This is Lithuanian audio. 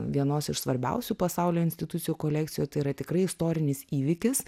vienos iš svarbiausių pasaulio institucijų kolekcijoj tai yra tikrai istorinis įvykis